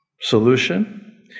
Solution